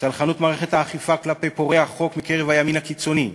וסלחנות מערכת האכיפה כלפי פורעי החוק מקרב הימין הקיצוני.